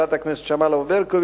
חברת הכנסת שמאלוב-ברקוביץ,